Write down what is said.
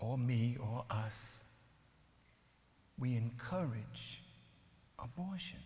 or me or us we encourage abortion